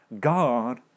God